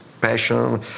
passion